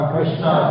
Krishna